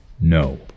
No